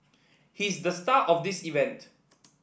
he's the star of this event